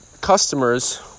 customers